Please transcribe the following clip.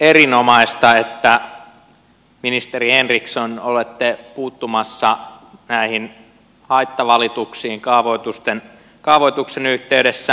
erinomaista että ministeri henriksson olette puuttumassa näihin haittavalituksiin kaavoituksen yhteydessä